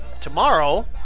Tomorrow